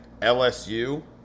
LSU